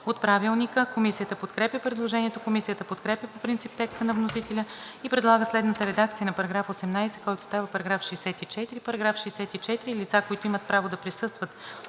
събрание. Комисията подкрепя предложението. Комисията подкрепя по принцип текста на вносителя и предлага следната редакция на § 18, който става § 64: „§ 64. Лица, които имат право да присъстват